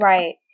Right